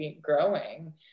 growing